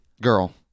Girl